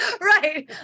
right